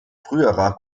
früherer